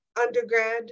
undergrad